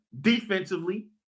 defensively